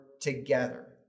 together